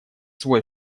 свой